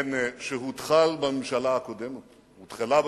כן, שהותחלה בממשלה הקודמת.